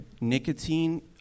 nicotine